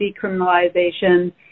decriminalization